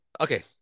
Okay